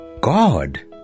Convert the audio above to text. God